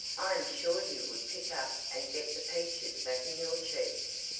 i am sure you would pick up and get the peaches back in your cheeks.